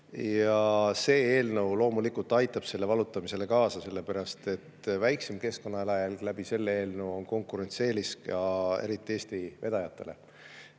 See eelnõu loomulikult aitab sellele valutamisele kaasa, sellepärast et väiksem keskkonnajalajälg selle eelnõu kohaselt on konkurentsieelis, eriti Eesti vedajatele.